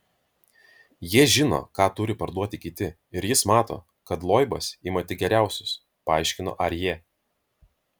jie žino ką turi parduoti kiti ir jis mato kad loibas ima tik geriausius paaiškino arjė